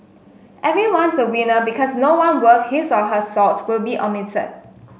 everyone's a winner because no one worth his or her salt will be omitted